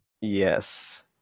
Yes